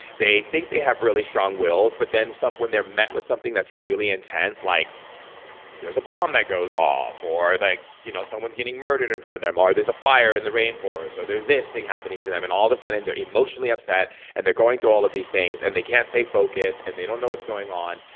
they think they have really strong wills, but then when they're met with something that's really intense, like there's a bomb that goes off or like you know someone's getting murdered in front of them or there's a fire in the rainforest or there's this thing happening to them, and all of a sudden they're emotionally upset and they're going through all of these things, and they can't stay focused. and they don't know what's going on,